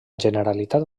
generalitat